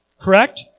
Correct